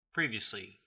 Previously